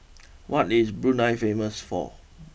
what is Brunei famous for